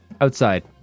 outside